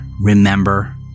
remember